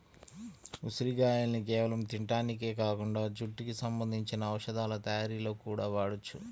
ఉసిరిగాయల్ని కేవలం తింటానికే కాకుండా జుట్టుకి సంబంధించిన ఔషధాల తయ్యారీలో గూడా వాడొచ్చు